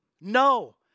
No